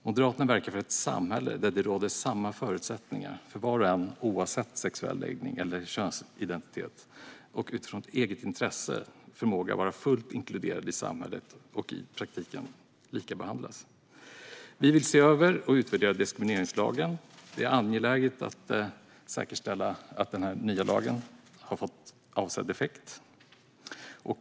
Moderaterna verkar för ett samhälle där det råder samma förutsättningar för var och en, oavsett sexuell läggning eller könsidentitet, att utifrån eget intresse och förmåga vara fullt inkluderad i samhället och i praktiken likabehandlas. Vi vill se över och utvärdera diskrimineringslagen. Det är angeläget att säkerställa att den nya lagen har fått avsedd effekt.